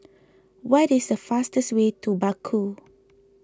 what is the fastest way to Baku